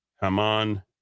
Haman